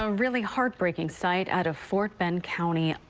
ah really heartbreaking sight out of fort bend county,